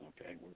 Okay